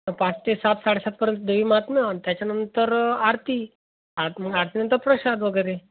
मग पाच ते सात साडेसातपर्यंत देवी माहात्म्य आणि त्याच्यानंतर आरती आर आरतीनंतर प्रशाद वगैरे